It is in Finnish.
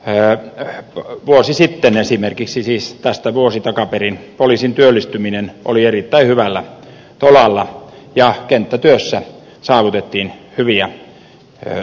lisäyksen johdosta vuosi sitten esimerkiksi siis tästä vuosi takaperin poliisin työllistyminen oli erittäin hyvällä tolalla ja kenttätyössä saavutettiin hyviä tuloksia